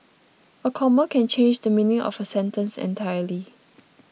a comma can change the meaning of a sentence entirely